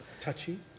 touchy